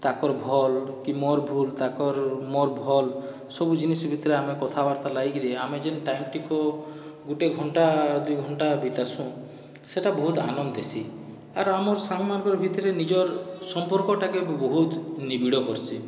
ତାକର ଭଲ୍ କି ମୋର ଭୁଲ ତାକର ମୋର ଭଲ୍ ସବୁ ଜିନିଷ୍ ଭିତରେ ଆମେ କଥାବାର୍ତ୍ତା ଲାଗିକିରି ଆମେ ଯେନ୍ ଟାଇମଟିକୁ ଗୋଟିଏ ଘଣ୍ଟା ଦୁଇ ଘଣ୍ଟା ବିତାସୁଁ ସେହିଟା ବହୁତ ଆନନ୍ଦ ଦେସି ଆର୍ ଆମର୍ ସାଙ୍ଗ ମାନଙ୍କ ଭିତରେ ନିଜର୍ ସମ୍ପର୍କଟାକେ ବହୁତ ନିବିଡ଼ କରସିଁ